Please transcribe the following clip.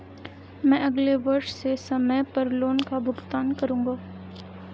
मैं अगले वर्ष से समय पर लोन का भुगतान करूंगा